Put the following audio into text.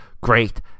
great